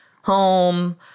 home